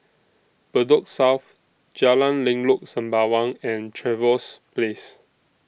Bedok South Jalan Lengkok Sembawang and Trevose Place